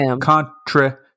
contra